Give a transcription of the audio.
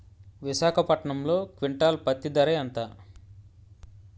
విశాఖపట్నంలో క్వింటాల్ పత్తి ధర ఎంత?